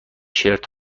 شرت